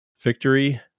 Victory